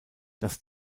das